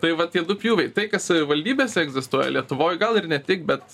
tai va tie du pjūviai tai kas savivaldybėse egzistuoja lietuvoj gal ir ne tik bet